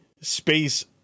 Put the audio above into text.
space